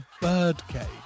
birdcage